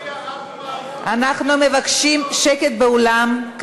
אנחנו מבקשים שקט באולם.